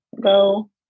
go